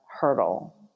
hurdle